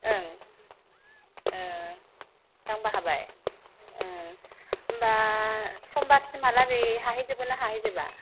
ओं गांबा हाबाय होमब्ला समबारसिमहालागै हाहैजोबगोन ना हाहैजोबा